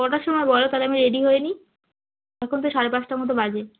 কটার সময় বলো তালে আমি রেডি হয়ে নিই এখন তো সাড়ে পাঁচটার মতো বাজে